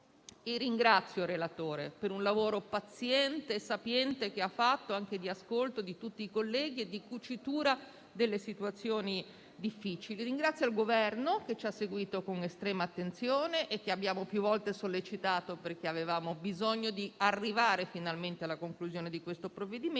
Ringrazio il relatore per il lavoro paziente e sapiente che ha fatto, anche di ascolto di tutti i colleghi e di "cucitura" delle situazioni difficili. Ringrazio il Governo che ci ha seguito con estrema attenzione e che abbiamo più volte sollecitato, perché avevamo bisogno di arrivare finalmente alla conclusione di questo provvedimento,